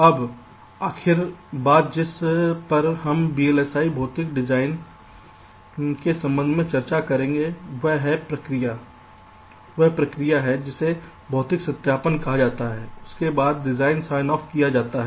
अब आखिरी बात जिस पर हम वीएलएसआई भौतिक डिजाइन के संबंध में चर्चा करेंगे वह प्रक्रिया है जिसे भौतिक सत्यापन कहा जाता है इसके बाद डिजाइन साइन ऑफ किया जाता है